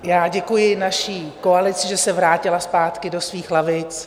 Já děkuji naší koalici, že se vrátila zpátky do svých lavic.